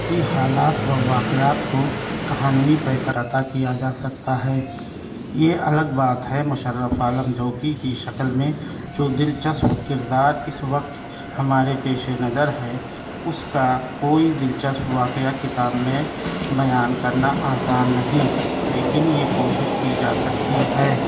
کہ حالات و واقعات کو کہانوی پیکر عطا کیا جا سکتا ہے یہ الگ بات ہے مشرف عالم ذوقی کی شکل میں جو دلچسپ کردار اس وقت ہمارے پیش نظر ہے اس کا کوئی دلچسپ واقعہ کتاب میں بیان کرنا آسان نہیں لیکن یہ کوشش کی جا سکتی ہے